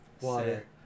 Water